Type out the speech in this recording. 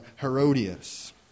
Herodias